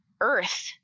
Earth